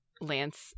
Lance